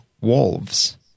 wolves